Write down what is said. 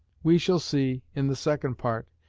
we shall see, in the second part,